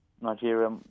Nigeria